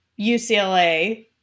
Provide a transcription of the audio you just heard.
UCLA –